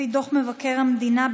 לפי דוח מבקר המדינה,